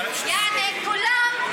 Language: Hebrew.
כולם,